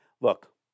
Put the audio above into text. Look